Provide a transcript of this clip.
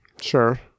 Sure